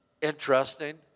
Interesting